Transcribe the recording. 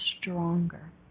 stronger